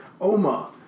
Oma